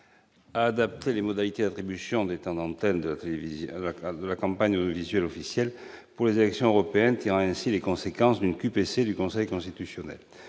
à adapter les modalités d'attribution des temps d'antenne lors de la campagne audiovisuelle officielle des élections européennes, en tirant les conséquences d'une décision du Conseil constitutionnel